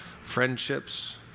friendships